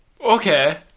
Okay